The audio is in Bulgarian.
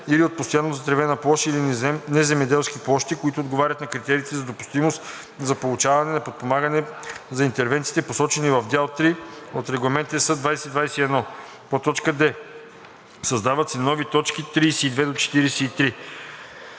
или от постоянно затревена площ или неземеделски площи, които отговарят на критериите за допустимост за получаване на подпомагане за интервенциите, посочени в дял III от Регламент (ЕС) 2021/2115.“; д) създават се нови т. 32 – 43: